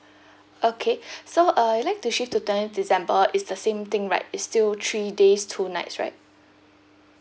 okay so uh you'd like to shift to twentieth december it's the same thing right it's still three days two nights right